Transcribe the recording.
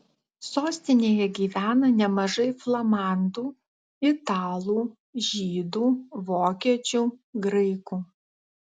sostinėje gyvena nemažai flamandų italų žydų vokiečių graikų